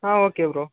ah okay bro